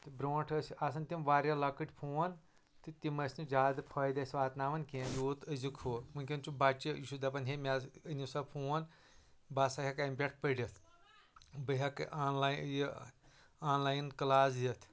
تہٕ برٛونٛٹھ ٲسۍ آسان تِم واریاہ لۄکٕٹۍ فون تہٕ تِم ٲسۍ نہٕ زیادٕ فٲیدٕ اسہِ واتناوان کینٛہہ یوٗت أزیُک ہُہ وُنکیٚن چھُ بچہِ یہِ چھُ دپان ہے مےٚ حظ أنِو سا فون بہٕ ہسا ہٮ۪کہٕ امہِ پٮ۪ٹھ پٔرٕتھ بہٕ ہٮ۪کہٕ آن لایِن یہِ آن لایِن کلاس دِتھ